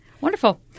Wonderful